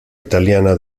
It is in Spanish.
italiana